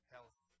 Health